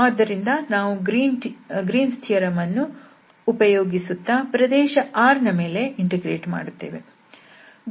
ಆದ್ದರಿಂದ ನಾವು Green's theorem Green's theoremಅನ್ನು ಉಪಯೋಗಿಸುತ್ತ ಪ್ರದೇಶ R ನ ಮೇಲೆ ಇಂಟಿಗ್ರೇಟ್ ಮಾಡುತ್ತೇವೆ